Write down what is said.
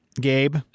Gabe